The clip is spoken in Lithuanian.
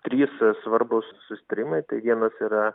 trys svarbūs susitarimai tai vienas yra